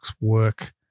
work